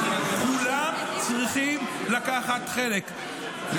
כולם צריכים לקחת חלק,